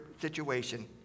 situation